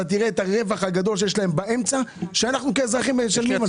אתה תראה את הרווח הגדול שיש להם באמצע שאנחנו כאזרחים משלמים על זה.